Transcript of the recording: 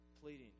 pleading